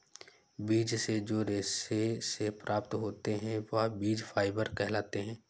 बीज से जो रेशे से प्राप्त होते हैं वह बीज फाइबर कहलाते हैं